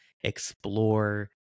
explore